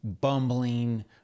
Bumbling